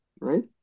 right